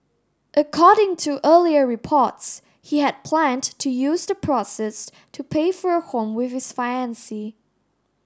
according to earlier reports he had planned to use the proceeds to pay for a home with his